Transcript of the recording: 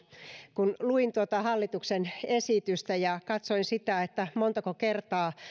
kun luin tuota hallituksen esitystä ja katsoin montako kertaa